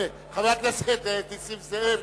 חבר הכנסת נסים זאב,